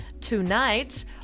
tonight